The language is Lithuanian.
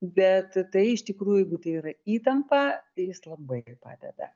bet tai iš tikrųjų jeigu tai yra įtampa jis labai padeda